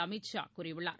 அமீத் ஷா கூறியுள்ளார்